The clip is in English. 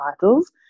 titles